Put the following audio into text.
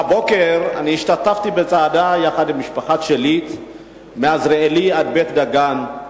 הבוקר אני השתתפתי בצעדה יחד עם משפחת שליט מ"עזריאלי" עד בית-דגן.